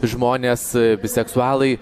žmonės biseksualai